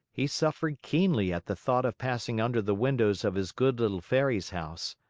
he suffered keenly at the thought of passing under the windows of his good little fairy's house.